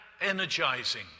energizing